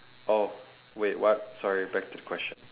oh wait what sorry back to the question